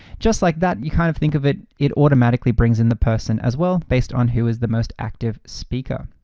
just like that, you kind of think of it it automatically brings in the person as well based on who is the most active speaker.